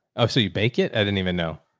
oh, so you bake it. i didn't even know.